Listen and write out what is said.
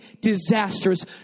disastrous